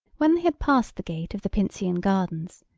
when they had passed the gate of the pincian gardens,